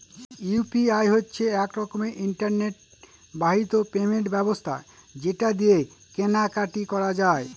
UPI হচ্ছে এক রকমের ইন্টারনেট বাহিত পেমেন্ট ব্যবস্থা যেটা দিয়ে কেনা কাটি করা যায়